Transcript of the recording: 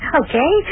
okay